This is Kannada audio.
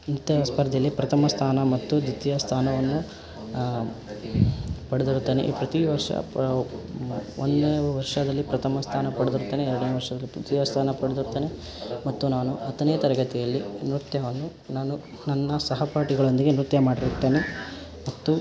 ನೃತ್ಯ ಸ್ಪರ್ಧೆಯಲ್ಲಿ ಪ್ರಥಮ ಸ್ಥಾನ ಮತ್ತು ದ್ವಿತೀಯ ಸ್ಥಾನವನ್ನು ಪಡೆದಿರುತ್ತೇನೆ ಈ ಪ್ರತಿ ವರ್ಷ ಒಂದನೇ ವರ್ಷದಲ್ಲಿ ಪ್ರಥಮ ಸ್ಥಾನ ಪಡೆದಿರುತ್ತೇನೆ ಎರಡನೇ ವರ್ಷದಲ್ಲಿ ತೃತೀಯ ಸ್ಥಾನ ಪಡೆದಿರುತ್ತೇನೆ ಮತ್ತು ನಾನು ಹತ್ತನೇ ತರಗತಿಯಲ್ಲಿ ನೃತ್ಯವನ್ನು ನಾನು ನನ್ನ ಸಹಪಾಠಿಗಳೊಂದಿಗೆ ನೃತ್ಯ ಮಾಡಿರುತ್ತೇನೆ ಮತ್ತು